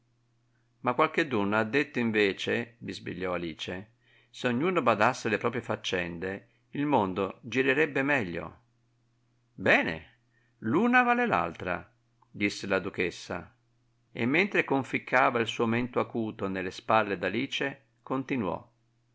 ma qualcheduno ha detto invece bisbigliò alice se ognuno badasse alle proprie faccende il mondo girerebbe meglio bene l'una vale l'altra disse la duchessa e mentre conficcava il suo mento acuto nelle spalle d'alice continuò